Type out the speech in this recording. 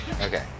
okay